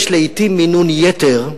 יש לעתים מינון יתר,